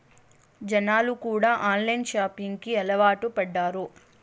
జనాలు కూడా online shopping కి అలవాటు పడ్డారు